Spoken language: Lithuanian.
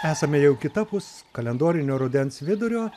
esame jau kitapus kalendorinio rudens vidurio